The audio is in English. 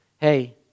hey